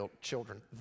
children